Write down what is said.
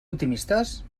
optimistes